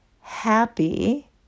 happy